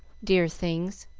dear things,